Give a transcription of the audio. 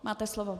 Máte slovo.